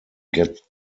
get